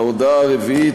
ההודעה הרביעית,